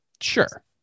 Sure